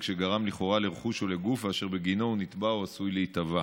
שגרם לכאורה לרכוש או לגוף ואשר בגינו הוא נתבע או עשוי להיתבע.